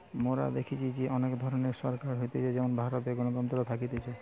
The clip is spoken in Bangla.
মোরা দেখেছি যে অনেক ধরণের সরকার হতিছে যেমন ভারতে গণতন্ত্র থাকতিছে